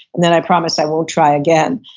and then i promise i won't try again.